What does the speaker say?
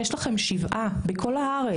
יש לכם 7 בכל הארץ.